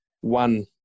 one